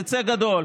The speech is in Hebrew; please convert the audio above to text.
תצא גדול,